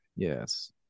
Yes